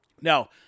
Now